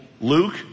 Luke